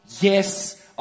Yes